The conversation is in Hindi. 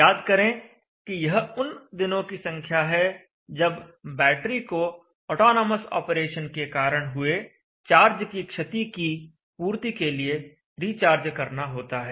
याद करें यह उन दिनों की संख्या है जब बैटरी को ऑटोनॉमस ऑपरेशन के कारण हुए चार्ज की क्षति की पूर्ति के लिए रिचार्ज करना होता है